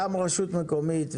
גם רשות מקומית,